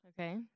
Okay